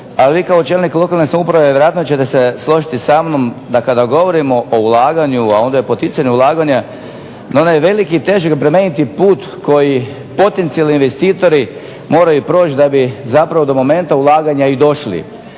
Ali, vi kao čelnik lokalne samouprave vjerojatno ćete se složiti sa mnom da kada govorimo o ulaganju, a onda je poticanje ulaganja na onaj veliki, teški, bremeniti put koji potencijalni investitori moraju proći da bi zapravo do momenta ulaganja i došli.